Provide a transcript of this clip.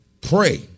Pray